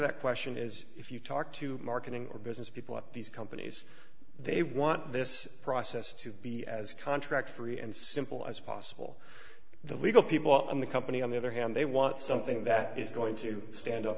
that question is if you talk to marketing or business people at these companies they want this process to be as contract free and simple as possible the legal people on the company on the other hand they want something that is going to stand up